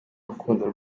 rukundo